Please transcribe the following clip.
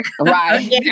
Right